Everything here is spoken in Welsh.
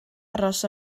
aros